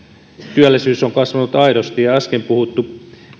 työllisyys on kasvanut aidosti äsken puhuttu